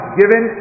given